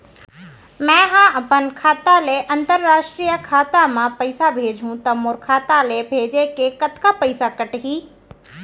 मै ह अपन खाता ले, अंतरराष्ट्रीय खाता मा पइसा भेजहु त मोर खाता ले, भेजे के कतका पइसा कटही?